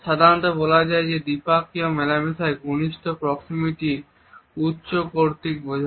সাধারণত বলা যায় যে দ্বিপাক্ষিক মেলামেশায় ঘনিষ্ঠ প্রক্সিমিটি উচ্চ কর্তৃত্ব বোঝায়